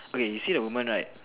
okay you see the woman right